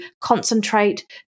concentrate